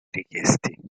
richiesti